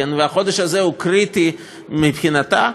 והחודש הזה הוא קריטי מבחינתה,